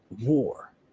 war